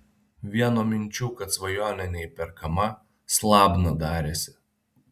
vien nuo minčių kad svajonė neįperkama slabna darėsi